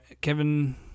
Kevin